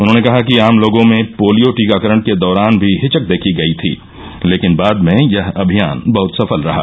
उन्होंने कहा कि आम लोगों में पोलियो टीकाकरण के दौरान भी हिचक देखी गई थी लेकिन बाद में यह अभियान बहत सफल रहा